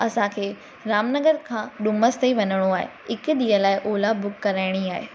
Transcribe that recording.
असांखे राम नगर खां डुमस ताईं वञिणो आहे हिकु ॾींहुं लाइ ओला बुक कराइणी आहे